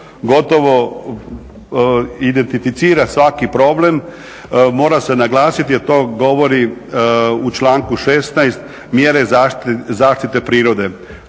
gotovo identificira svaki problem, mora se naglasiti jer to govori u članku 16.mjere zaštite prirode.